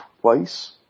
twice